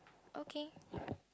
okay